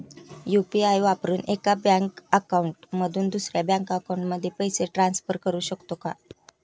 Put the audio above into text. UPI वापरून एका bank account मधून दुसऱ्या बँक अकाउंटमध्ये पैसे ट्रान्सफर करू शकतो का?